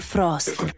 Frost